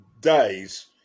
Days